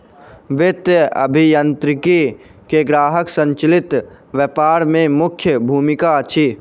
वित्तीय अभियांत्रिकी के ग्राहक संचालित व्यापार में मुख्य भूमिका अछि